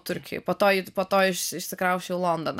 turkijoj po to po to išsikrausčiau į londoną